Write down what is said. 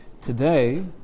Today